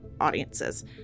audiences